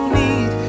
need